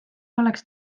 oleks